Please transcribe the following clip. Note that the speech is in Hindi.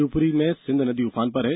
शिवपुरी में सिंध नदी उफान पर है